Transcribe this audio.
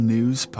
News